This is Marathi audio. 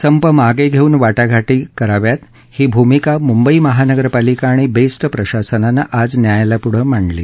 संप मागे धेऊन वाटाघाटी कराव्यात ही भूमिका मुंबई महानगरपालिका आणि बेस्ट प्रशासनानं आज न्यायालयापुढे मांडली